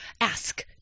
ask